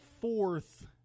fourth